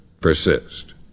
persist